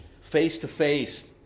face-to-face